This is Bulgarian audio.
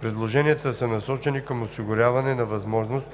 Предложенията са насочени към осигуряване на възможност